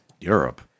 Europe